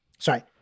Sorry